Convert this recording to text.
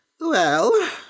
Well